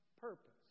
purpose